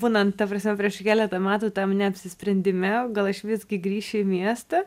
būnant ta prasme prieš keletą metų tam neapsisprendime gal aš visgi grįšiu į miestą